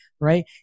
Right